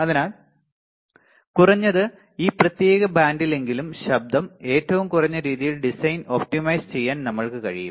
അതിനാൽ കുറഞ്ഞത് ഈ പ്രത്യേക ബാൻഡിലെങ്കിലും ശബ്ദം ഏറ്റവും കുറഞ്ഞ രീതിയിൽ ഡിസൈൻ ഒപ്റ്റിമൈസ് ചെയ്യാൻ നമ്മൾക്ക് കഴിയും